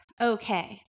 okay